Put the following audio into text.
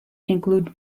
include